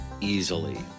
easily